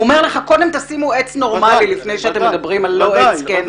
הוא אומר לך: קודם תשימו עץ נורמלי לפני שאתם מדברים על כן עץ או לא עץ.